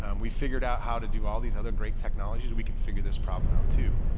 and we figured out how to do all these other great technologies. we can figure this problem out too.